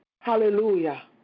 Hallelujah